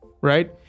right